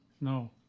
No